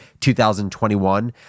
2021